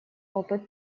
опыт